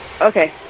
Okay